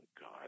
God